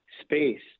Space